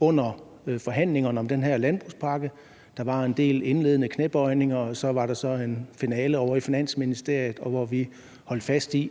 under forhandlingerne om den her landbrugspakke. Der var en del indledende knæbøjninger, og så var der så en finale ovre i Finansministeriet, hvor vi holdt fast i,